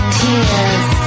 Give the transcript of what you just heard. tears